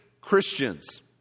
Christians